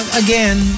again